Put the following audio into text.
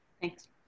Thanks